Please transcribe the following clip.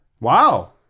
Wow